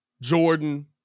Jordan